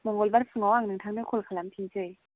मंगलबार फुङाव आं नोंथांनो कल खालामफिननिसै